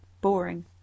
boring